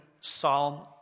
Psalm